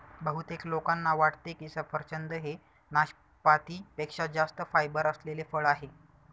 बहुतेक लोकांना वाटते की सफरचंद हे नाशपाती पेक्षा जास्त फायबर असलेले फळ आहे